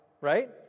right